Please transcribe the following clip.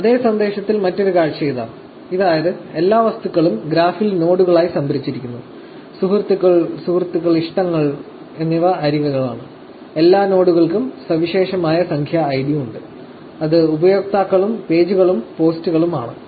അതേ സന്ദേശത്തിന്റെ മറ്റൊരു കാഴ്ച ഇതാ അതായത് എല്ലാ വസ്തുക്കളും ഗ്രാഫിൽ നോഡുകളായി സംഭരിച്ചിരിക്കുന്നു സുഹൃത്തുക്കൾ സൌഹൃദങ്ങൾ ഇഷ്ടങ്ങൾ എന്നിവ അരികുകളാണ് എല്ലാ നോഡുകൾക്കും സവിശേഷമായ സംഖ്യാ ഐഡി ഉണ്ട് അത് ഉപയോക്താക്കളും പേജുകളും പോസ്റ്റുകളും ആണ്